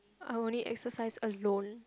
I only exercise alone